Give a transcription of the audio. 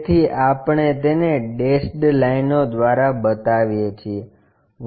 તેથી આપણે તેને ડેશેડ લાઇનો દ્વારા બતાવીએ છીએ